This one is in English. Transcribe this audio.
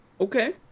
Okay